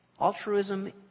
Altruism